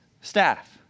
staff